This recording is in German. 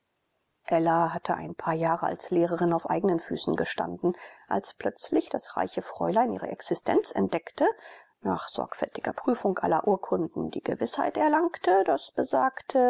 ella hatte ein paar jahre als lehrerin auf eignen füßen gestanden als plötzlich das reiche fräulein ihre existenz entdeckte nach sorgfältiger prüfung aller urkunden die gewißheit erlangte daß besagte